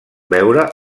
veure